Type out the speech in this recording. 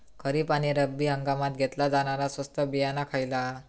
खरीप आणि रब्बी हंगामात घेतला जाणारा स्वस्त बियाणा खयला?